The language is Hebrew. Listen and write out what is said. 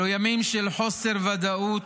אלו ימים של חוסר ודאות.